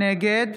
נגד